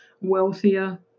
wealthier